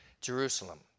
Jerusalem